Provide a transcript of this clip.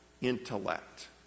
intellect